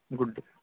good day